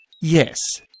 Yes